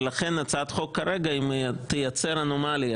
ולכן הצעת החוק כרגע תייצר אנומליה,